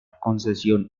concesión